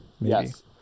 Yes